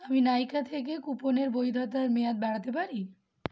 আমি নাইকা থেকে কুপনের বৈধতার মেয়াদ বাড়াতে পারি